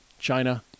China